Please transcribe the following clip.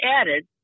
added